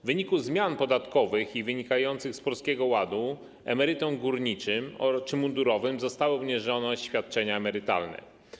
W wyniku zmian podatkowych i wynikających z Polskiego Ładu emerytom górniczym czy mundurowym zostało obniżone świadczenie emerytalne.